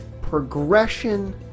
progression